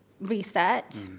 reset